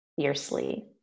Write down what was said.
fiercely